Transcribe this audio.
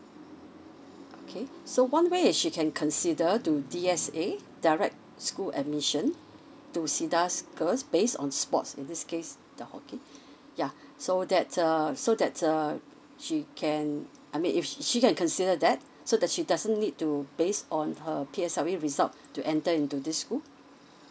okay so one way is she can consider to D S A direct school admission to cedar's girls based on sports in this case ya so that uh so that uh she can I mean if sh~ she can consider that so that she doesn't need to based on her P S L E result to enter into this school